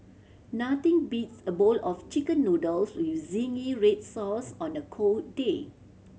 nothing beats a bowl of Chicken Noodles with zingy red sauce on a cold day